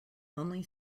only